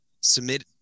submit